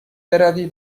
بروی